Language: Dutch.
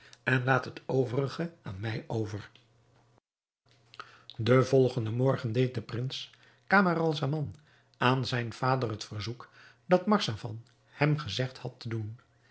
en laat het overige aan mij over den volgenden morgen deed de prins camaralzaman aan zijn vader het verzoek dat marzavan hem gezegd had te doen